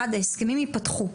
אחד ההסכמים ייפתחו,